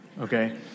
Okay